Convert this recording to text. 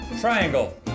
Triangle